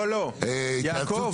לא, יעקב, תסכם.